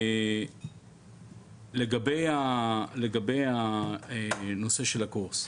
לגבי הנושא של הקורס,